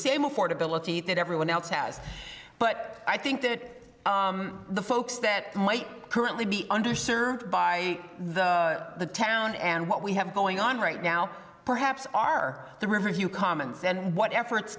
same affordability that everyone else has but i think that the folks that might currently be underserved by the town and what we have going on right now perhaps are the rivers you comments and what efforts